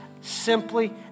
simply